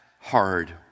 hard